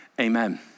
amen